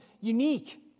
unique